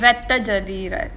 like ரெட்டை ஜாதி:rettai jadhi right